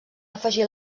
afegir